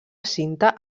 cinta